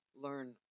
learn